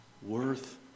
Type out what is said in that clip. worth